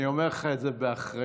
אני אומר לך את זה באחריות,